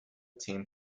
team